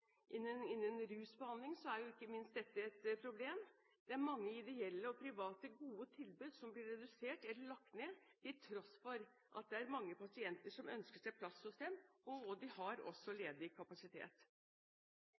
innen rus og psykiatri. Dette er jo et problem ikke minst innen rusbehandling. Mange ideelle og private, gode tilbud blir redusert eller lagt ned, til tross for at det er mange pasienter som ønsker seg plass hos dem, og de har også